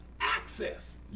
access